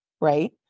right